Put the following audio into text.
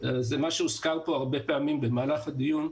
זה מה שהוזכר כאן הרבה פעמים במהלך הדיון,